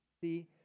See